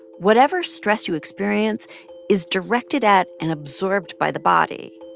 whatever stress you experience is directed at and absorbed by the body.